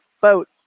Boat